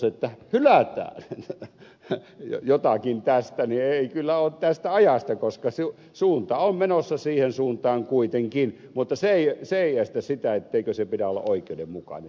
tässä katsannossa ehdotus että hylätään jotakin tästä ei kyllä ole tästä ajasta koska ollaan menossa siihen suuntaan kuitenkin mutta se ei estä sitä että pitää olla oikeudenmukainen sen järjestelmän joka luodaan